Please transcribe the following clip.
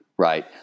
right